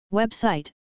website